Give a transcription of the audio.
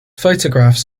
photographs